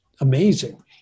amazing